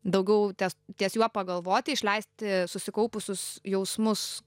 daugiau tes ties juo pagalvoti išleisti susikaupusius jausmus